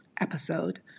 episode